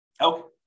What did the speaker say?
okay